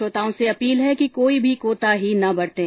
श्रोताओं से अपील है कि कोई भी कोताही न बरतें